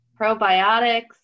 probiotics